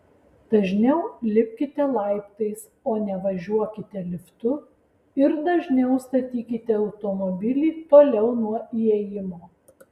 dažniau lipkite laiptais o ne važiuokite liftu ir dažniau statykite automobilį toliau nuo įėjimo